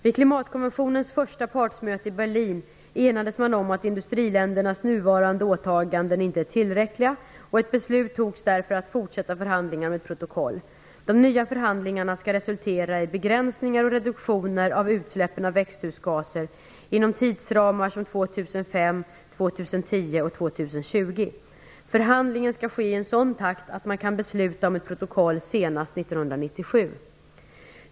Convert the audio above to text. Vid klimatkonventionens första partsmöte i Berlin enades man om att industriländernas nuvarande åtaganden inte är tillräckliga, och ett beslut fattades därför om fortsatta förhandlingar om ett protokoll. De nya förhandlingarna skall resultera i begränsningar och reduktioner av utsläppen av växthusgaser inom tidsramar som 2005, 2010 och 2020. Förhandlingen skall ske i en sådan takt att man kan besluta om ett protokoll senast 1997.